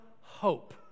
hope